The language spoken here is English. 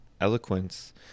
eloquence